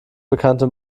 bekannte